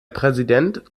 präsident